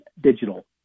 Digital